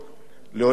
להוריד מסים.